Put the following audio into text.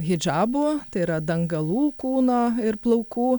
hidžabų tai yra dangalų kūno ir plaukų